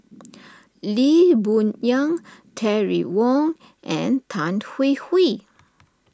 Lee Boon Yang Terry Wong and Tan Hwee Hwee